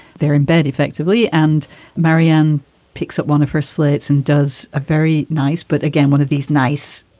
they're in bed effectively. and marianne picks up one of her slits and does a very nice. but again, one of these nice,